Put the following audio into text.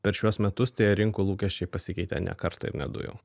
per šiuos metus tie rinkų lūkesčiai pasikeitė ne kartą ir ne du jau